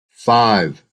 five